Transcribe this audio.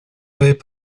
avait